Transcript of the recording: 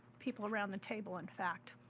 people around the table in fact.